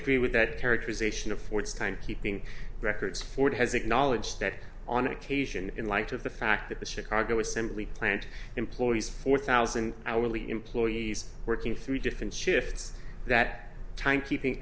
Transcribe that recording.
agree with that characterization of ford's kind keeping records ford has acknowledged that on occasion in light of the fact that the chicago assembly plant employees four thousand hourly employees working three different shifts that time keeping